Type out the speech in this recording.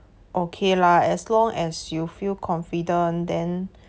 okay lah as long as you feel confident then